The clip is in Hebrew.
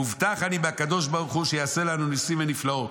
מובטח אני בקדוש ברוך הוא שיעשה לנו ניסים ונפלאות.